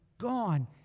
gone